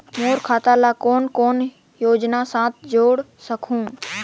मोर खाता ला कौन कौन योजना साथ जोड़ सकहुं?